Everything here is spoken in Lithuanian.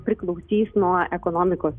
priklausys nuo ekonomikos